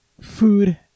food